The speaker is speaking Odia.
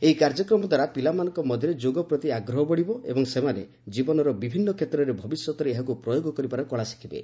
ଏହି କାର୍ଯ୍ୟକ୍ରମଦ୍ୱାରା ପିଲାମାନଙ୍କ ମଧ୍ୟରେ ଯୋଗ ପ୍ରତି ଆଗ୍ରହ ବଢ଼ିବ ଏବଂ ସେମାନେ ଜୀବନର ବିଭିନ୍ନ କ୍ଷେତ୍ରରେ ଭବିଷ୍ୟତରେ ଏହାକୁ ପ୍ରୟୋଗ କରିବାର କଳା ଶିଖିବେ